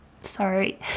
Sorry